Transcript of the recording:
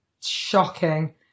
Shocking